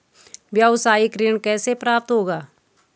व्यावसायिक ऋण कैसे प्राप्त होगा?